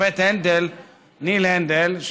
השופט ניל הנדל,